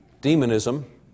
Demonism